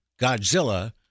Godzilla